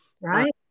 right